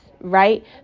right